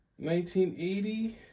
1980